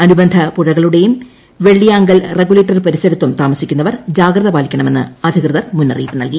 അനുബന്ധ പുഴകളുടെയും വെള്ളിയാങ്കൽ റഗുലേറ്റർ പരിസരത്തും താമസിക്കുന്നവർ ജാഗ്രത പാലിക്കണമെന്ന് അധികൃതർ മുന്നറിയിപ്പ് നൽകി